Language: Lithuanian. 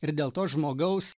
ir dėl to žmogaus